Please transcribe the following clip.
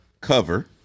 cover